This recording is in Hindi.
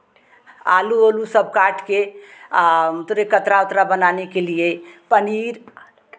आलू ओलू सब काट के तोरे कतरा ओतरा बनाने के लिए पनीर